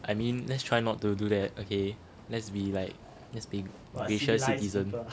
I mean let's try not to do that okay let's be like let's be gracious citizens